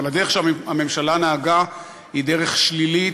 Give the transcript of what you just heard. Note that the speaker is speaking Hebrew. אבל הדרך שבה הממשלה נהגה היא דרך שלילית,